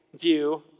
view